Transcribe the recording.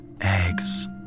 Eggs